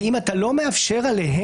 ואם אתה לא מאפשר עליהן,